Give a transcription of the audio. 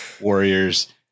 warriors